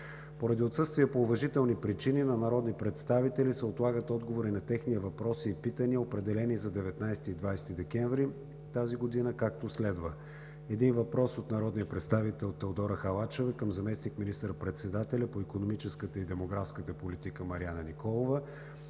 Поради отсъствие по уважителни причини на народни представители се отлагат отговори на техни въпроси и питания, определени за 19 и 20 декември тази година, както следва: - един въпрос от народния представител Теодора Халачева към заместник министър-председателя по икономическата и демографската политика Марияна Николова;